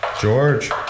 George